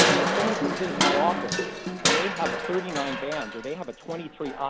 if someone comes into my office and they have a thirty nine band or they have a twenty three